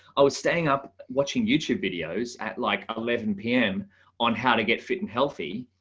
i was staying up watching youtube videos at like eleven pm on how to get fit and healthy.